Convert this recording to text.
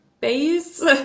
base